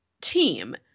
team